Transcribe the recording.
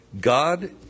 God